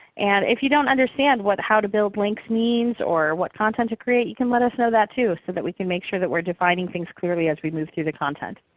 and if you don't understand what how to build links means or what content to create, you can let us know that too, so that we can make sure that we're defining things clearly we move through the content.